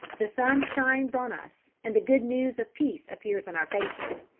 the sun shines on us, and the good news of peace appears in our faces.